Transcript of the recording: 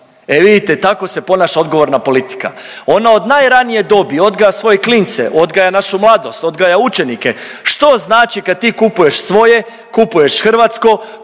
E vidite, tako se ponaša odgovorna politika. Ona od najranije dobi odgaja svoje klince, odgaja našu mladost, odgaja učenike što znači kad ti kupuješ svoje, kupuješ hrvatsko,